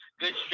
Good